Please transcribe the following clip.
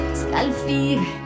scalfire